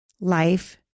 life